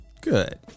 good